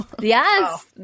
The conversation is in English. Yes